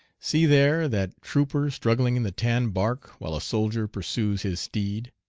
see there that trooper struggling in the tan bark while a soldier pursues his steed.